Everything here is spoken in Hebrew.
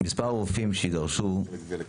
מספר הרופאים שיידרשו תלוי בכמות הניתוחים שיוסתו.